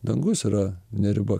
dangus yra ne riba